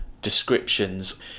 descriptions